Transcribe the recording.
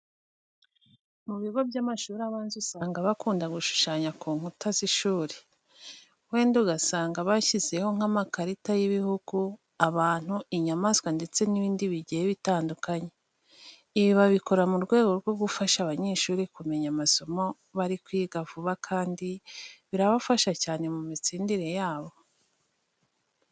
Mu bigo by'amashuri abanza usanga bakunda gushushanya ku nkuta z'ishuri, wenda ugasanga bashyizeho nk'amakarita y'ibihugu, abantu, inyamaswa ndetse n'ibindi bigiye bitandukanye. Ibi babikora mu rwego rwo gufasha abanyeshuri kumenya amasomo bari kwiga vuba kandi birafasha cyane mu mitsindire yabo.